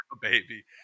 baby